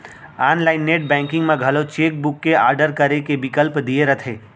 online net banking म घलौ cheque book के आडर करे के बिकल्प दिये रथे